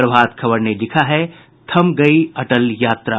प्रभात खबर ने लिखा है थम गयी अटल यात्रा